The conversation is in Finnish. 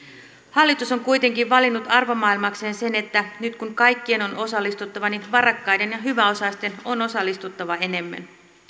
hallitus on kuitenkin valinnut arvomaailmakseen sen että nyt kun kaikkien on osallistuttava niin varakkaiden ja hyväosaisten on osallistuttava enemmän